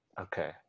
Okay